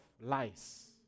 lies